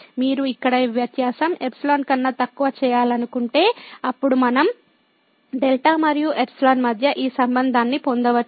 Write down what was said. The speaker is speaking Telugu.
మీరు ఇక్కడ ఈ వ్యత్యాసం ϵ కన్నా తక్కువ చేయాలనుకుంటే అప్పుడు మనం δ మరియు ϵ మధ్య ఈ సంబంధాన్ని పొందవచ్చు